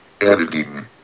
Editing